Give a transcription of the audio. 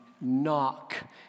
Knock